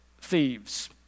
thieves